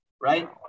Right